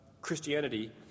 Christianity